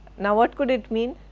now what could it mean?